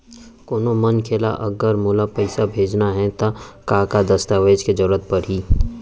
कोनो मनखे ला अगर मोला पइसा भेजना हे ता का का दस्तावेज के जरूरत परही??